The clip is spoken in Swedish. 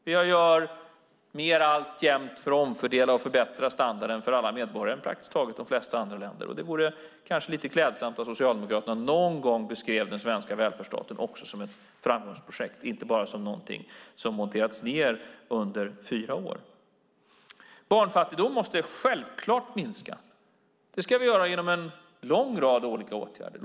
Vi gör alltjämt mer för att omfördela och förbättra standarden för alla medborgare än praktiskt taget de flesta andra länder. Det vore kanske lite klädsamt om Socialdemokraterna någon gång beskrev den svenska välfärdsstaten också som ett framgångsprojekt och inte bara som någonting som monterats ned under fyra år. Barnfattigdomen måste självklart minska. Det ska vi göra genom en lång rad olika åtgärder.